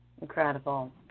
Incredible